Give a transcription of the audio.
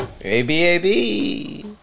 A-B-A-B